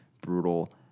brutal